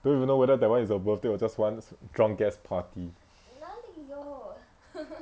don't even know whether that is your birthday or just one drunk ass party